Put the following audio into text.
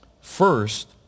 First